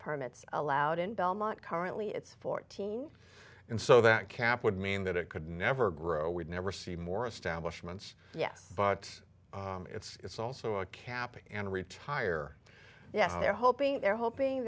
permits allowed in belmont currently it's fourteen and so that cap would mean that it could never grow we'd never see more establishment yes but it's also a cap and retire yet they're hoping they're hoping